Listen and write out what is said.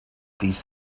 these